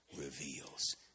reveals